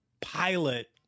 pilot